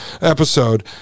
episode